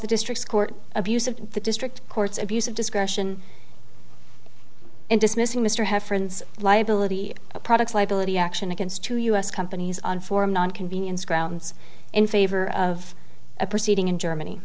the district court abuse of the district court's abuse of discretion and dismissing mr have friends liability products liability action against two u s companies on foreign non convenience grounds in favor of a proceeding in germany